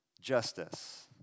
justice